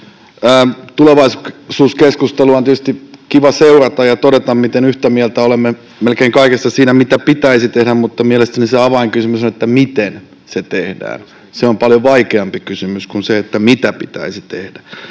Tulevaisuuskeskustelua on tietysti kiva seurata ja todeta, miten yhtä mieltä olemme melkein kaikessa siinä, mitä pitäisi tehdä, mutta mielestäni se avainkysymys on, miten se tehdään. Se on paljon vaikeampi kysymys kuin se, mitä pitäisi tehdä.